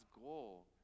goal